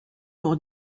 pour